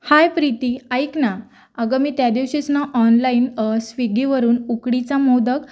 हाय प्रीती ऐक ना अगं मी त्या दिवशीच ना ऑनलाईन स्विगीवरून उकडीचा मोदक